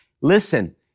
listen